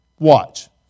Watch